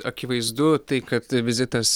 akivaizdu tai kad vizitas